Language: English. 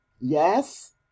Yes